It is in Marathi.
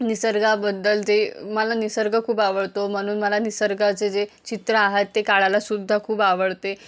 निसर्गाबद्दल जे मला निसर्ग खूप आवडतो म्हणून मला निसर्गाचे जे चित्र आ आहेत ते काढायलासुद्धा खूप आवडते